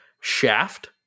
Shaft